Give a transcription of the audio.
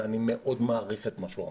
ואני מעריך את מה שהוא אמר,